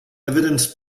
evidence